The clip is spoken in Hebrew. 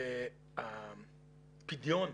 הפדיון,